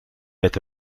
met